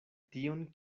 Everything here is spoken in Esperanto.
tion